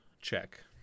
check